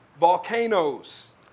volcanoes